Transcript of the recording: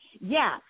yes